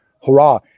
hurrah